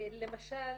למשל,